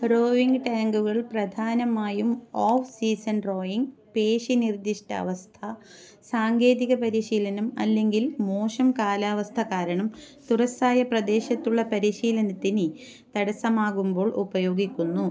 rowing ടാങ്കുകൾ പ്രധാനമായും off season rowing പേശി നിർദ്ദിഷ്ട അവസ്ഥ സാങ്കേതിക പരിശീലനം അല്ലെങ്കിൽ മോശം കാലാവസ്ഥ കാരണം തുറസ്സായ പ്രദേശത്തുള്ള പരിശീലനത്തിന് തടസ്സമാകുമ്പോൾ ഉപയോഗിക്കുന്നു